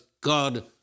God